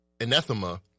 anathema